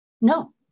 no